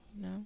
No